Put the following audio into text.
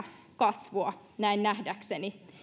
kasvua näin nähdäkseni